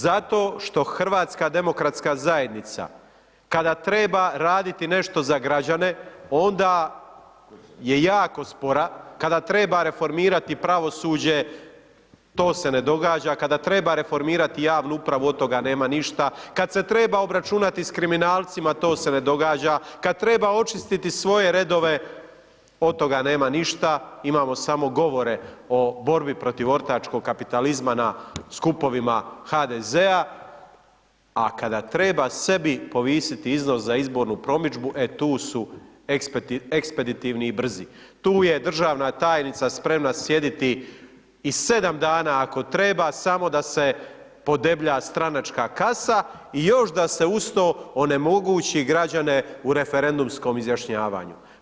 Zato što HDZ kada treba raditi nešto za građane onda je jako spora, kada treba reformirati pravosuđe, to se ne događa, kada treba reformirati javnu upravu, od toga nema ništa, kad se treba obračunati s kriminalcima, to se ne događa, kad treba očistiti svoje redove, od toga nema ništa, imamo samo govore o borbi protiv ortačkog kapitalizma na skupovima HDZ-a, a kada treba sebi povisiti iznos za izbornu promidžbu, e tu su ekspeditivni i brzi, tu je državna tajnica spremna sjediti i 7 dana ako treba samo da se podeblja stranačka kasa i još da se uz to onemogući građane u referendumskom izjašnjavanju.